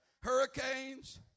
hurricanes